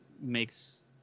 makes